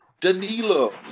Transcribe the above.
Danilo